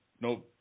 no